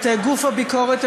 את גוף הביקורת,